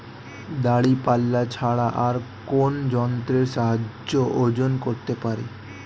দাঁড়িপাল্লা ছাড়া আর কোন যন্ত্রের সাহায্যে ওজন করতে পারি?